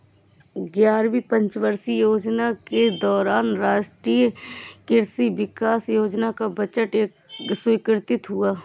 ग्यारहवीं पंचवर्षीय योजना के दौरान राष्ट्रीय कृषि विकास योजना का बजट स्वीकृत हुआ